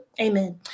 amen